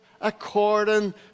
according